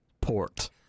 port